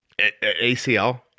ACL